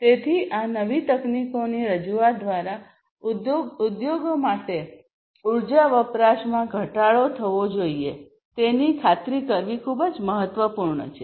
તેથી આ નવી તકનીકોની રજૂઆત દ્વારા ઉદ્યોગો માટે ઉર્જા વપરાશમાં ઘટાડો થયો છે તેની ખાતરી કરવી ખૂબ જ મહત્વપૂર્ણ છે